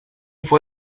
fue